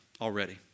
already